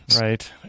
Right